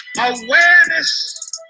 awareness